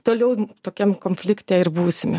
toliau tokiam konflikte ir būsime